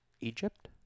Egypt